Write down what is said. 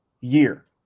year